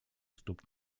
stóp